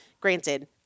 granted